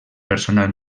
personal